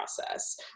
process